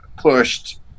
pushed